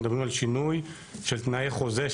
מדברים על שינוי של תנאי חוזה,